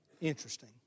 interesting